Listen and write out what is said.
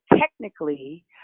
technically